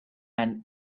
and